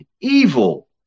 evil